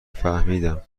فهمیدم